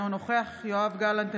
אינו נוכח יואב גלנט,